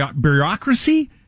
bureaucracy